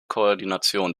koordination